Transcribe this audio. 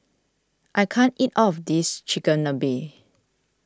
I can't eat all of this Chigenabe